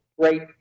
great